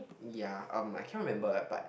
ya um I cannot remember lah but